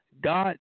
God